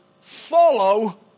Follow